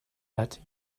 that